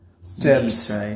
steps